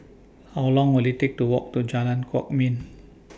How Long Will IT Take to Walk to Jalan Kwok Min